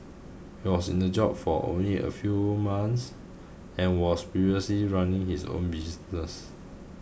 he was in the job for only a few months and was previously running his own business